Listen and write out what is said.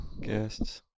guests